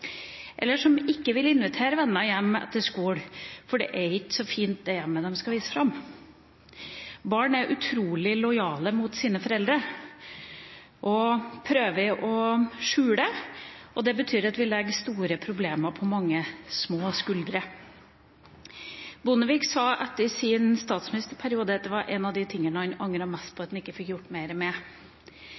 eller de vil ikke invitere venner hjem etter skolen, fordi hjemmet de skal vise fram, ikke er så fint. Barn er utrolig lojale mot sine foreldre og prøver å skjule. Det betyr at vi legger store problemer på mange små skuldre. Kjell Magne Bondevik sa etter sin statsministerperiode at det var én av de tingene han angret mest på at han ikke fikk gjort mer med.